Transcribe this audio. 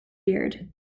beard